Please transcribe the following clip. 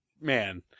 man